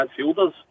midfielders